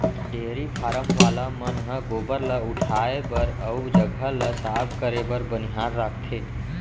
dairy farm वाला मन ह गोबर ल उठाए बर अउ जघा ल साफ करे बर बनिहार राखथें